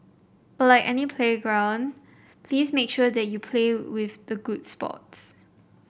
but like any playground please make sure that you play with the good sports